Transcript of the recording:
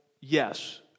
yes